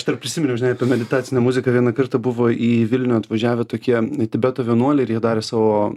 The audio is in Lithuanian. aš dar prisiminiau žinai apie meditacinę muziką vieną kartą buvo į vilnių atvažiavę tokie tibeto vienuoliai ir jie darė savo